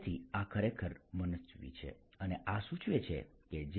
તેથી આ ખરેખર મનસ્વી છે અને આ સૂચવે છે કે જે